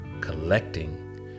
collecting